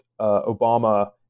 Obama